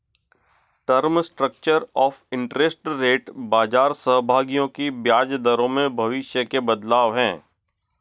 term structure of interest rate बाजार सहभागियों की ब्याज दरों में भविष्य के बदलाव है